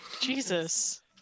Jesus